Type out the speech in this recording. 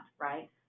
right